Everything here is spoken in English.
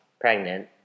pregnant